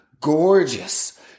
gorgeous